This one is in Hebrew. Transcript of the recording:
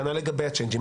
כנ"ל לגבי הצ'יינג'ים,